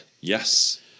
Yes